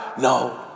No